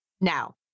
now